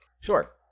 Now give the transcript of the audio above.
Sure